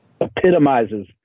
epitomizes